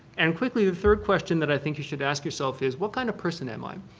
and quickly, the third question that i think you should ask yourself is what kind of person am i?